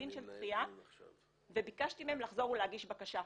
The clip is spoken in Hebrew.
דין של דחיה וביקשתי מהם לחזור ולהגיש בקשה.